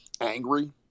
angry